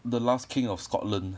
the last king of scotland